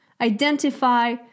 identify